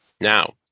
Now